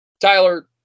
Tyler